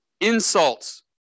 insults